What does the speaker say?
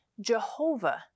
Jehovah